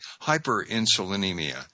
hyperinsulinemia